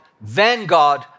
Vanguard